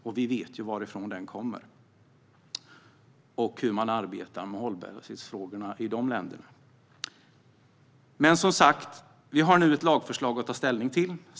Och vi vet ju varifrån den kommer och hur man arbetar med hållbarhetsfrågorna i de länderna. Vi har nu som sagt ett lagförslag att ta ställning till.